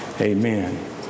amen